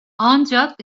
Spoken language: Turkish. ancak